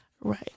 Right